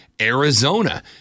Arizona